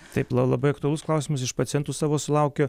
taip la labai aktualus klausimas iš pacientų savo sulaukiu